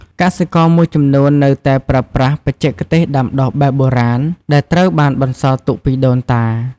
កសិករមួយចំនួននៅតែប្រើប្រាស់បច្ចេកទេសដាំដុះបែបបុរាណ ដែលត្រូវបានបន្សល់ទុកពីដូនតា។